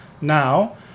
now